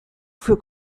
für